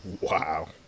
Wow